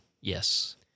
Yes